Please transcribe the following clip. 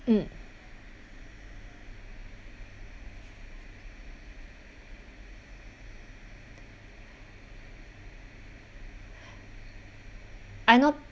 mm I know